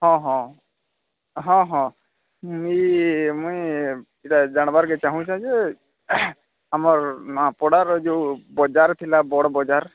ହଁ ହଁ ହଁ ହଁ ମୁଇଁ ମୁଇଁ ଏଇଟା ଜାଣିବାରର କେ ଚାହୁଁଛି ଯେ ଆମର ନୂଆପଡ଼ାର ଯୋଉ ବଜାର ଥିଲା ବଡ଼ବଜାର